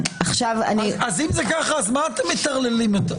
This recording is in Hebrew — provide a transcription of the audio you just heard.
אם זה המצב,